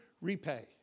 repay